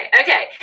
Okay